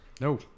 No